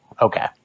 Okay